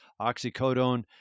oxycodone